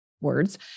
words